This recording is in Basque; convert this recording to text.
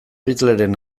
hitlerren